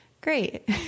great